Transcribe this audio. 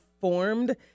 formed